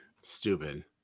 Stupid